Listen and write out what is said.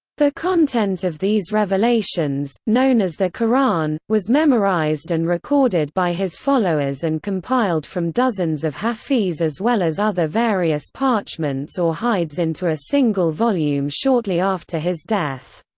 the content of these revelations, known as the qur'an, was memorized and recorded by his followers and compiled from dozens of hafiz as well as other various parchments or hides into a single volume shortly after his death.